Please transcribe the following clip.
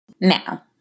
Now